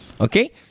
Okay